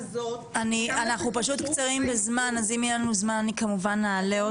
אני לא יודע אם לקחתם את זה בחשבון וככה זה נבנה מההתחלה,